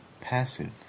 passive